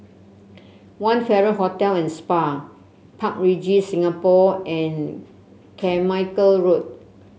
One Farrer Hotel And Spa Park Regis Singapore and Carmichael Road